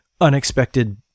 unexpected